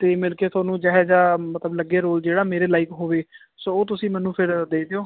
ਤੇ ਮਿਲ ਕੇ ਥੋਨੂੰ ਜੈਹੇ ਜਿਹਾ ਮਤਲਬ ਲੱਗੇ ਰੋਲ ਜਿਹੜਾ ਮੇਰੇ ਲਾਈਕ ਹੋਵੇ ਸੋ ਉਹ ਤੁਸੀਂ ਮੈਨੂੰ ਫੇਰ ਦੇ ਦਿਓ